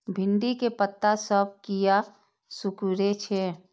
भिंडी के पत्ता सब किया सुकूरे छे?